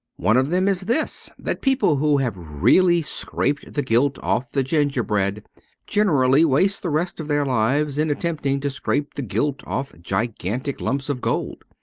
one of them is this that people who have really scraped the gilt off the gingerbread generally waste the rest of their lives in attempting to scrape the gilt off gigantic lumps of gold.